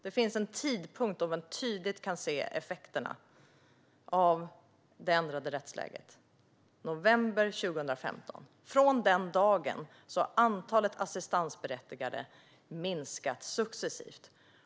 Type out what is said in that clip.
Det finns en tidpunkt efter vilken man tydligt kan se effekterna av det ändrade rättsläget: november 2015. Sedan dess har antalet assistansberättigade minskat successivt.